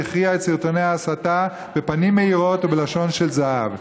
שהכריע את סרטוני ההסתה בפנים מאירות ובלשון של זהב.